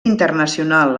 internacional